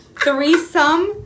Threesome